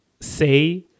say